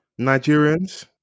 Nigerians